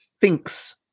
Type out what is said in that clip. thinks